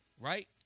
Right